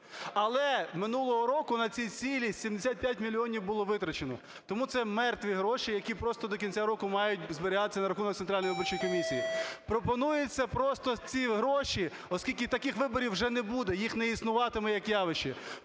Але минулого року на ці цілі 75 мільйонів було витрачено. Тому це мертві гроші, які просто до кінця року мають зберігатися на рахунку Центральної виборчої комісії. Пропонується просто ці гроші, оскільки таких виборів вже не буде, їх не існуватиме як явища,